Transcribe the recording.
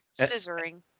Scissoring